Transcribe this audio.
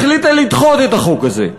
החליטה לדחות את החוק הזה.